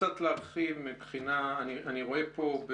אני רואה פה,